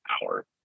power